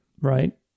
right